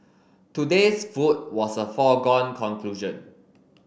today's food was a foregone conclusion